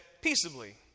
Peaceably